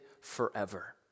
forever